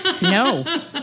No